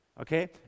okay